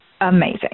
Amazing